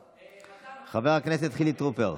חבר הכנסת חילי טרופר,